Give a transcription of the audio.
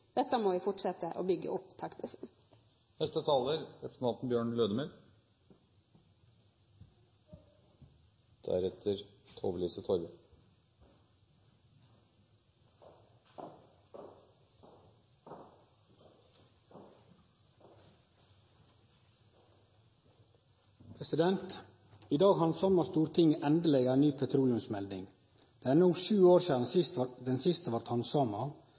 Dette må vi fortsette å bygge opp. I dag handsamar Stortinget endeleg ei ny petroleumsmelding. Det er no sju år sidan dette sist blei handsama.